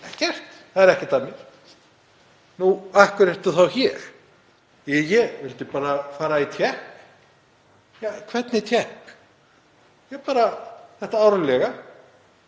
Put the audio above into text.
það er ekkert að mér. Nú, af hverju ertu þá hér? Ég vildi bara fara í tékk. Hvernig tékk? Bara þetta árlega.